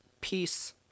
peace